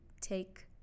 take